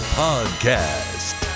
podcast